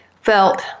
felt